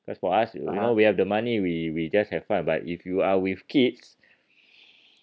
because for us you know we have the money we we just have fun but if you are with kids